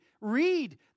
read